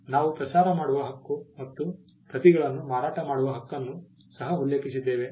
ನಾವು ಪ್ರಸಾರ ಮಾಡುವ ಹಕ್ಕು ಮತ್ತು ಪ್ರತಿಗಳನ್ನು ಮಾರಾಟ ಮಾಡುವ ಹಕ್ಕನ್ನು ಸಹ ಉಲ್ಲೇಖಿಸಿದ್ದೇವೆ